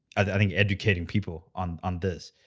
i think educating people on on this.